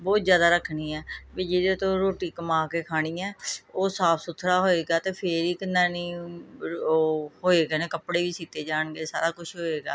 ਬਹੁਤ ਜ਼ਿਆਦਾ ਰੱਖਣੀ ਹੈ ਵੀ ਜਿਹਦੇ ਤੋਂ ਰੋਟੀ ਕਮਾ ਕੇ ਖਾਣੀ ਹੈ ਉਹ ਸਾਫ ਸੁਥਰਾ ਹੋਏਗਾ ਅਤੇ ਫਿਰ ਹੀ ਕਿੰਨਾ ਨਹੀਂ ਉਹ ਹੋਏਗਾ ਨਾ ਕੱਪੜੇ ਵੀ ਸੀਤੇ ਜਾਣਗੇ ਸਾਰਾ ਕੁਛ ਹੋਏਗਾ